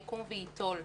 יקום וייטול.